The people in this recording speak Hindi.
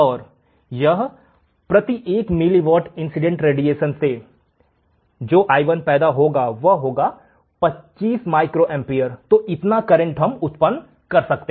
और प्रति एक मिलीवॉट इंसीडेंट रेडिएशन से जो i1 पैदा होगा वह होगा 25 माइक्रोएम्पीयर तो इतना करेंट हम उत्पन्न कर सकते हैं